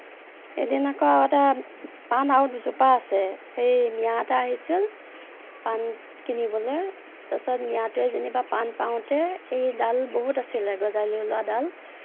এদিন আকৌ এটা পাণ আৰু দুজোপা আছে সেই মিঞা এটা আহিছিল পাণ কিনিবলে তাৰপিছত মিঞাটোয়ে যেনিবা পাণ পাওতে এই ডাল বহুত আছিলে এই গজালি ওলোৱা ডাল